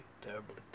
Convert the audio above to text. terribly